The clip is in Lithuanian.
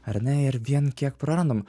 ar ne ir vien kiek prarandam